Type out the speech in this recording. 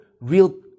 real